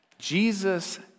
Jesus